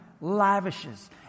Lavishes